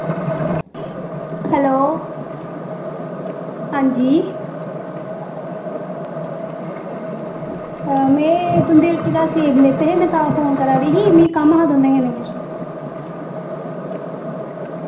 hello आं जी ते में तुंदी हट्टी दा सेव लैते हे ते में तां फोन करा दी ही में कम्म हा तुंदे कन्नै किश